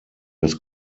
das